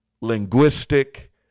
linguistic